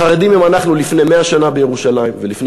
החרדים הם אנחנו לפני 100 שנה בירושלים ולפני